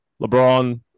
LeBron